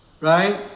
right